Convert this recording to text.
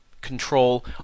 control